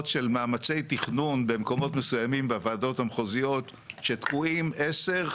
של מאמצי תכנון במקומות מסוימים בוועדות המחוזיות שתקועים עשר,